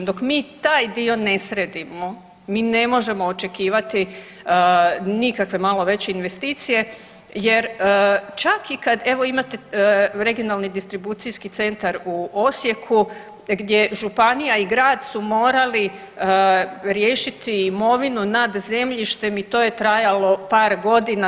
Dok mi taj dio ne sredimo, mi ne možemo očekivati nikakve malo veće investicije jer čak i kad, evo imate Regionalni distribucijski centar u Osijeku gdje županija i grad su morali riješiti imovinu nad zemljištem i to je trajalo par godina.